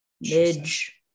Midge